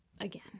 again